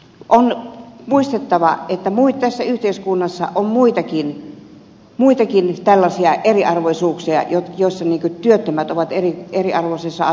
on muistettava että tässä yhteiskunnassa on muitakin tällaisia eriarvoisuuksia joissa työttömät ovat eriarvoisessa asemassa